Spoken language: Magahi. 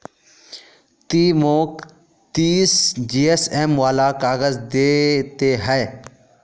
ती मौक तीस जीएसएम वाला काग़ज़ दे ते हैय्